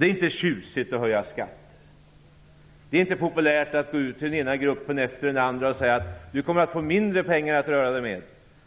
Det är inte tjusigt att höja skatter. Det är inte populärt att gå ut till den ena gruppen efter den andra och säga: "Du kommer att få mindre pengar att röra dig